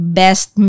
best